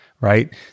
right